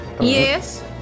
Yes